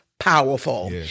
Powerful